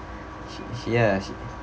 she she ya she